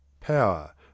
power